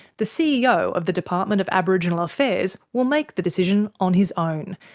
the ceo of the department of aboriginal affairs will make the decision on his own,